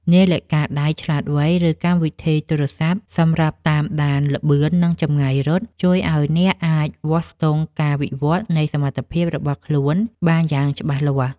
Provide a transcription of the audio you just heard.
នាឡិកាដៃឆ្លាតវៃ ឬកម្មវិធីទូរសព្ទសម្រាប់តាមដានល្បឿន និងចម្ងាយរត់ ជួយឱ្យអ្នកអាចវាស់ស្ទង់ការវិវឌ្ឍនៃសមត្ថភាពរបស់ខ្លួនបានយ៉ាងច្បាស់លាស់។